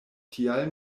tial